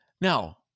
now